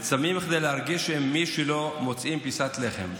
וצמים כדי להרגיש עם מי שלא מוצאים פרוסת לחם,